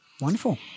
Wonderful